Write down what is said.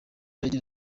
agira